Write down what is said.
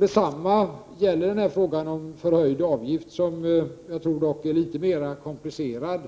Detsamma gäller frågan om förhöjd avgift, som jag tror är litet mera komplicerad